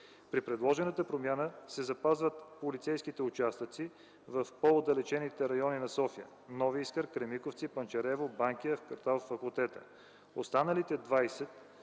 При предложената промяна се запазват полицейските участъци в по-отдалечените райони на София: кв. Нови Искър, кв. Кремиковци, кв. Панчарево, кв. Банкя, кв. Факултета. Останалите 20